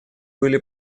были